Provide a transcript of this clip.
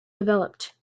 developed